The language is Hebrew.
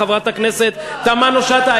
חברת הכנסת תמנו-שטה,